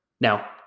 Now